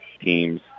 Teams